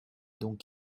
donc